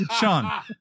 Sean